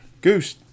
Goose